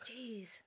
Jeez